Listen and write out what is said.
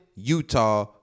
Utah